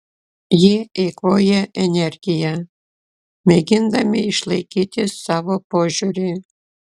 jie eikvoja energiją mėgindami išlaikyti savo požiūrį